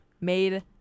made